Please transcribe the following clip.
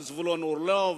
על זבולון אורלב,